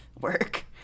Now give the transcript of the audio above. work